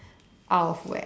out of where